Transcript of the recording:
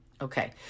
Okay